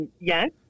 Yes